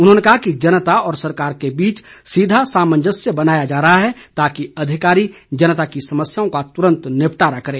उन्होंने कहा कि जनता और सरकार के बीच सीधा सामंजस्य बनाया जा रहा है ताकि अधिकारी जनता की समस्याओं का तुरंत निपटारा करे